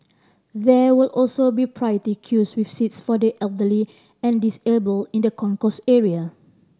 there will also be priority queues with seats for the elderly and disabled in the concourse area